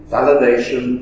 Validation